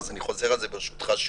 אז אני חוזר על זה ברשותך שוב,